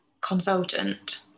consultant